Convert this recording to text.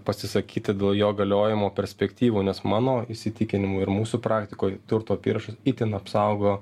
pasisakyti dėl jo galiojimo perspektyvų nes mano įsitikinimu ir mūsų praktikoj turto apyrašas itin apsaugo